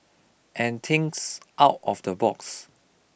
and thinks out of the box